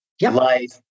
life